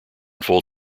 full